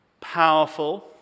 Powerful